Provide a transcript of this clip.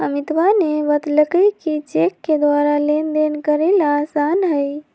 अमितवा ने बतल कई कि चेक के द्वारा लेनदेन करे ला आसान हई